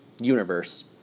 universe